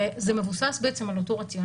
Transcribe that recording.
וזה מבוסס על אותו רציונל.